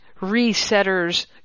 Resetters